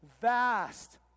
vast